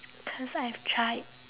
cause I've tried